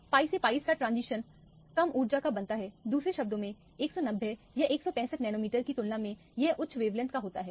pi से pi transition कम ऊर्जा का बनता है दूसरे शब्दों में 190 या 165 नैनोमीटर की तुलना में यह उच्च वेवलेंथ का होता है